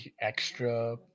extra